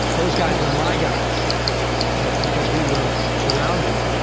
those guys were my guys you know because we were surrounded.